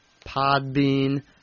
Podbean